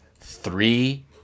three